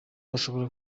ashobora